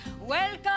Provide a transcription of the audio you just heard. Welcome